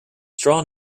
straw